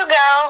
go